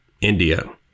India